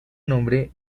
nombre